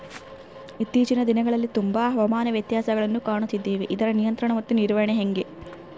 ಇತ್ತೇಚಿನ ದಿನಗಳಲ್ಲಿ ತುಂಬಾ ಹವಾಮಾನ ವ್ಯತ್ಯಾಸಗಳನ್ನು ಕಾಣುತ್ತಿದ್ದೇವೆ ಇದರ ನಿಯಂತ್ರಣ ಮತ್ತು ನಿರ್ವಹಣೆ ಹೆಂಗೆ?